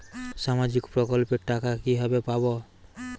সামাজিক প্রকল্পের টাকা কিভাবে পাব?